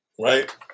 Right